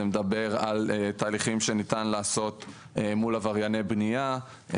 זה מדבר על תהליכים שניתן לעשות מול עברייני בנייה,